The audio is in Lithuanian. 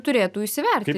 turėtų įsivertinti